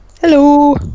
Hello